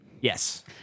Yes